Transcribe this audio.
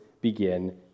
begin